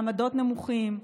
מעמדות נמוכים,